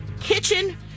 kitchen